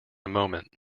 moment